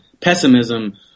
pessimism